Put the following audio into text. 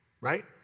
right